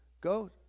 Go